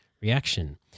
reaction